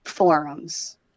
forums